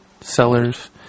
sellers